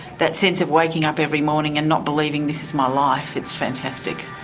that sense of waking up every morning and not believing this is my life. it's fantastic.